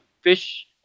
fish